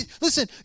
Listen